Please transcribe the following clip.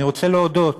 אני רוצה להודות